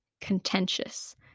contentious